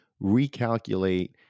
recalculate